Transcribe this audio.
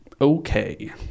okay